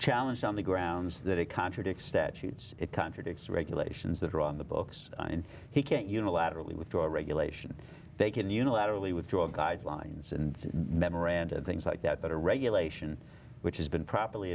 challenged on the grounds that it contradicts statutes it contradicts regulations that are on the books and he can't unilaterally withdraw a regulation they can unilaterally withdraw guidelines and memoranda and things like that but a regulation which has been properly